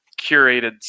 curated